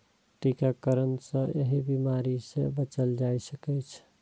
टीकाकरण सं एहि बीमारी सं बचल जा सकै छै